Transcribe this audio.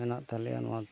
ᱢᱮᱱᱟᱜ ᱛᱟᱞᱮᱭᱟ ᱱᱚᱣᱟ